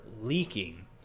leaking